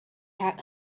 had